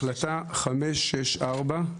החלטה 564,